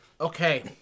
Okay